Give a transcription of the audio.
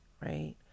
right